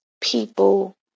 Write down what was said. people